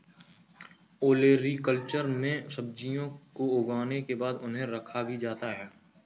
olericulture में सब्जियों को उगाने के बाद उन्हें रखा भी जाता है